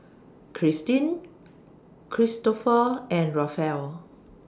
Christeen Kristoffer and Rafael